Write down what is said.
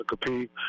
compete